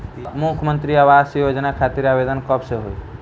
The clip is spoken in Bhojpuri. मुख्यमंत्री आवास योजना खातिर आवेदन कब से होई?